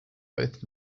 both